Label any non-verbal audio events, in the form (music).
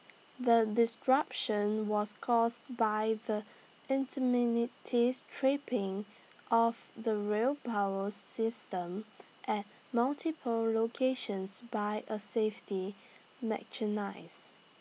the disruption was caused by the (unintelligible) tripping of the rail power system at multiple locations by A safety mechanise